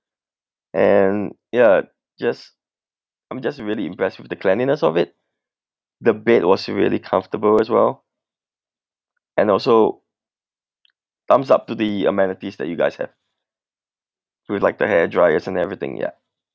and yeah just I'm just really impressed with the cleanliness of it the bed was really comfortable as well and also thumbs up to the amenities that you guys have with like the hair dryers and everything ya